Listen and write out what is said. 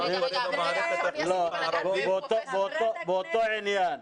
באותו עניין,